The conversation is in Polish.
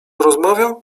rozmawiał